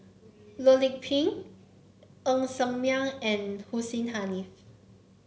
Loh Lik Peng Ng Ser Miang and Hussein Haniff